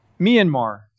Myanmar